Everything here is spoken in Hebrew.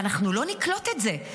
ואנחנו לא נקלוט את זה.